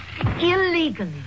illegally